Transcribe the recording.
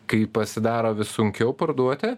kai pasidaro vis sunkiau parduoti